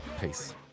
Peace